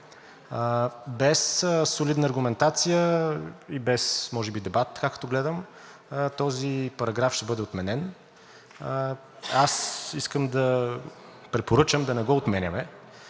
Без солидна администрация и без може би дебат, така като гледам, този параграф ще бъде отменен. Аз искам да препоръчам да не го отменяме,